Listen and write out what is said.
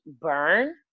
burn